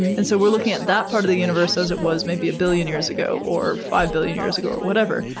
and so we're looking at that part of the universe as it was maybe a billion years ago, or five billion years ago, or whatever.